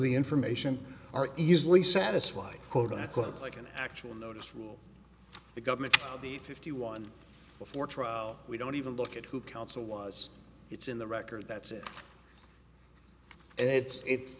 the information are easily satisfied quote unquote like an actual notice from the government the fifty one before trial we don't even look at who counsel was it's in the record that's it it's it